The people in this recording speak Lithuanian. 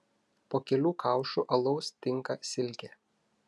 po kelių kaušų alaus tinka silkė